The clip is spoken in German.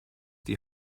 die